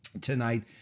tonight